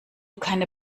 keine